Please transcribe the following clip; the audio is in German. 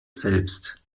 selbst